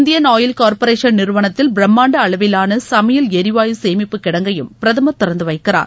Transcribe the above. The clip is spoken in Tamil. இந்தியன் ஆயில் கார்ப்பரேஷன் நிறுவனத்தில் பிரம்மாண்ட அளவிலான சமையல் எரிவாயு சேமிப்பு கிடங்கையும் பிரதமர் திறந்து வைக்கிறார்